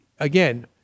Again